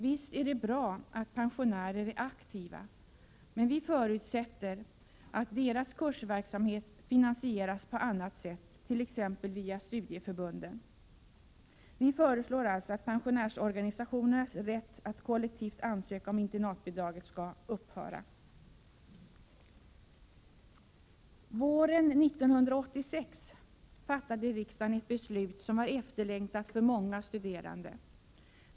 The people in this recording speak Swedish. Visst är det bra att pensionärer är aktiva, men vi förutsätter att deras kursverksamhet finansieras på annat sätt, t.ex. via studieförbunden. Vi föreslår alltså att pensionärsorganisationernas rätt att kollektivt ansöka om internatbidrag skall upphöra. Våren 1986 fattade riksdagen ett beslut som var efterlängtat av många studerande.